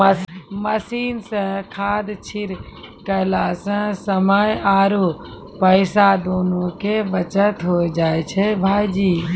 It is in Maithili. मशीन सॅ खाद छिड़कला सॅ समय आरो पैसा दोनों के बचत होय जाय छै भायजी